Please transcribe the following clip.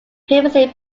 previously